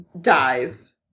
dies